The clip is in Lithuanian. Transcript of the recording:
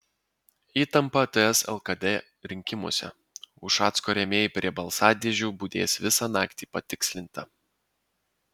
įtampa ts lkd rinkimuose ušacko rėmėjai prie balsadėžių budės visą naktį patikslinta